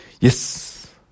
Yes